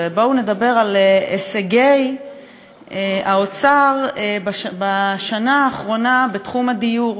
ובואו נדבר על הישגי האוצר בשנה האחרונה בתחום הדיור,